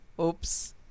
oops